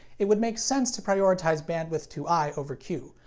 it would make sense to prioritize bandwidth to i over q.